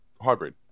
hybrid